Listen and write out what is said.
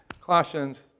Colossians